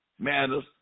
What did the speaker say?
matters